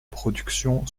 production